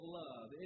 love